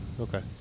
Okay